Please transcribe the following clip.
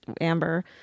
Amber